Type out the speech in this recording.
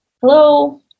hello